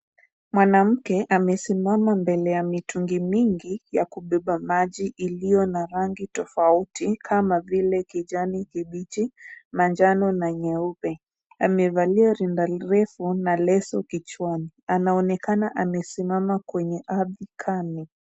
Mwanamke amesimama mbele ya mitungi mingi ya kubeba maji iliyo na rangi tofauti kama vile kijani kibichi, manjano na nyeupe. Amevalia rinda refu na leso kichwani. Anaonekana amesimama kwenye ardhi.